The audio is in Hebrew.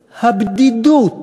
הבדידות,